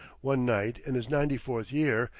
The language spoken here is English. one night, in his ninety-fourth year,